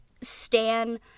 Stan